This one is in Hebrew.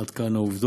עד כאן העובדות.